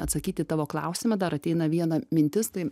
atsakyt į tavo klausimą dar ateina viena mintis tai